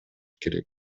керек